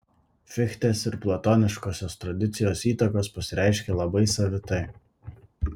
fichtės ir platoniškosios tradicijos įtakos pasireiškė labai savitai